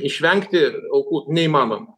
išvengti aukų neįmanoma